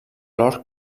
lord